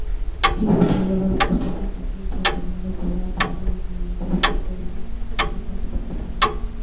kiwi పళ్ళలో రక్తపోటును తగ్గించే గుణాలు కూడా చానా ఉన్నయ్యని చెబుతుంటే విని మా తాతకి చెప్పాను